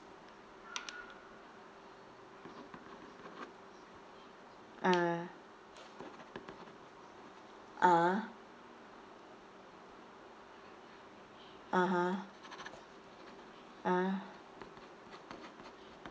ah ah (uh huh) ah